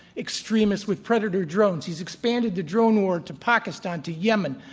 extremists, with predator drones. he's expanded the drone war to pakistan, to yemen,